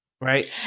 right